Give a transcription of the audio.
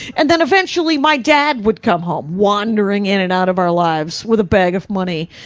and then eventually my dad would come home, wandering in and out of our lives with a bag of money.